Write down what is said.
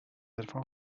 عرفان